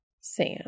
Sam